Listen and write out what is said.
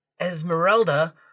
Esmeralda